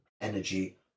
energy